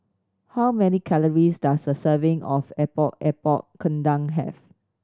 how many calories does a serving of Epok Epok Kentang have